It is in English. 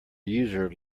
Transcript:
user